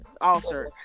altered